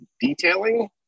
detailing